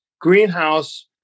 Greenhouse